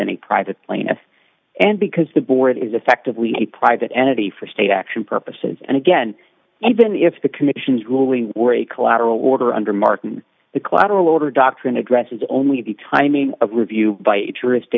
than a private plaintiff and because the board is effectively a private entity for state action purposes and again even if the commission's ruling were a collateral order under martin the collateral order doctrine addresses only the timing of review by